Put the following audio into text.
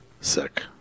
sick